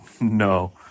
No